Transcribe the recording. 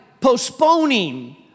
postponing